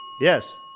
Yes